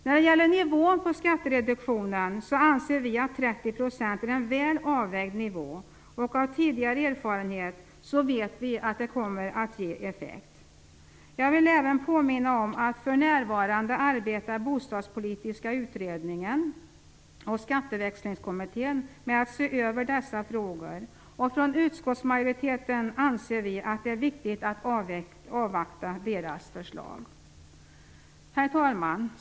När det gäller nivån på skattereduktionen anser vi att 30 % är en väl avvägd nivå och av tidigare erfarenhet vet vi att den kommer att ge effekt. Jag vill även påminna om att Bostadspolitiska utredningen och Skatteväxlingskommittén för närvarande arbetar med att se över dessa frågor. Från utskottsmajoriteten anser vi att det är viktigt att avvakta deras förslag. Herr talman!